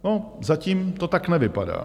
No, zatím to tak nevypadá.